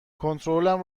کنترلم